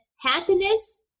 happiness